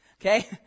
Okay